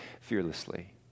fearlessly